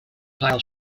pile